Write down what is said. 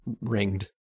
ringed